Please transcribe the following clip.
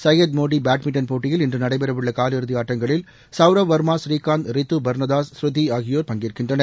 சையத் மோடிபேட்மிண்டன் போட்டியில் இன்றுநடைபெறவுள்ளகாலிறுதிஆட்டங்களில் சவுரவ் வர்மா ஸ்ரீகாந்த் ரித்துபர்னதாஸ் ஸ்ருதிஆகியோர் பங்கேற்கின்றனர்